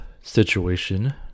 situation